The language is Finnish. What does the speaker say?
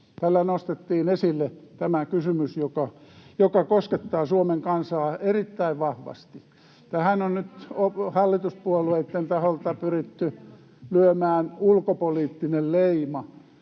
Tällä nostettiin esille tämä kysymys, joka koskettaa Suomen kansaa erittäin vahvasti. Tähän on nyt hallituspuolueitten taholta pyritty lyömään ulkopoliittinen leima.